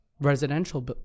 residential